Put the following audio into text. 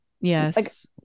yes